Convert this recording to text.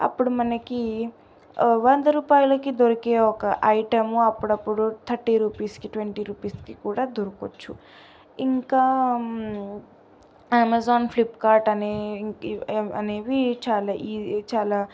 అప్పుడు మనకి వంద రూపాయలకి దొరికే ఒక ఐటమ్ అప్పుడప్పుడు థర్టీ రూపీస్కి ట్వెంటీ రూపీస్కి కూడా దొరకవచ్చు ఇంకా అమెజాన్ ఫ్లిప్కార్ట్ అనేటి అనేవి చాలా ఇవి చాలా